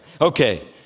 Okay